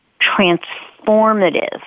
transformative